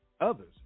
others